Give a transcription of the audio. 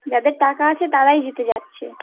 যাদের টাকা আছে তারাই জিতে যাচ্ছে